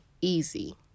easy